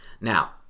now